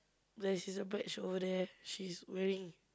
there she's a badge over there she's wearing